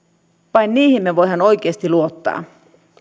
vain siihen me voimme oikeasti luottaa